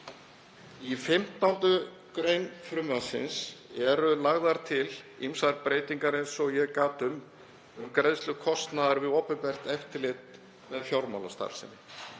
Í 15. gr. frumvarpsins eru lagðar til ýmsar breytingar, eins og ég gat um, um greiðslu kostnaðar við opinbert eftirlit með fjármálastarfsemi,